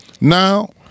now